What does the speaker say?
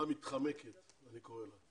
המתחמקת אני קורא לה.